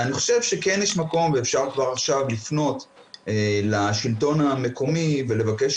אני חושב שכן יש מקום ואפשר כבר עכשיו לפנות לשלטון המקומי ולבקש